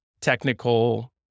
technical